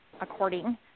according